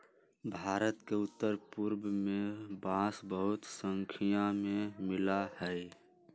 भारत के उत्तर पूर्व में बांस बहुत स्नाख्या में मिला हई